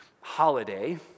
holiday